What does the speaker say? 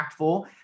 impactful